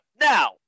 Now